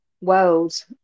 world